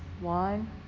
one